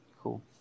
Cool